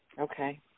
Okay